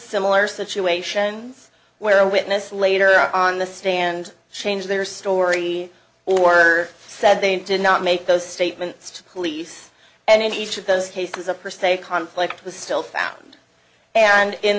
similar situation where a witness later on the stand changed their story or said they did not make those statements to police and in each of those cases of her say conflict was still found and in